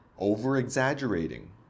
over-exaggerating